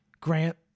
Grant